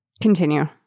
Continue